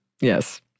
yes